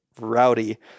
rowdy